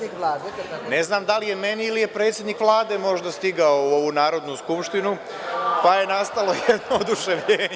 Ne znam da li je meni ili je predsednik Vlade možda stigao u ovu Narodnu skupštinu pa je nastalo oduševljenje?